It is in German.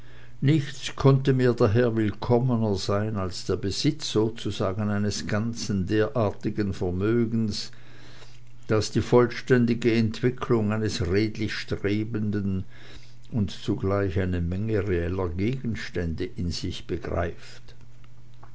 nichts konnte mir daher willkommener sein als der besitz sozusagen eines ganzen derartigen vermögens das die vollständige entwicklung eines redlich strebenden und zugleich eine menge reeller gegenstände in sich begreift